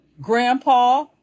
grandpa